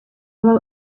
well